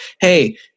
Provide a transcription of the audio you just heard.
Hey